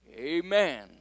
Amen